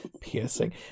Piercing